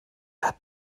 wert